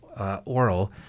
Oral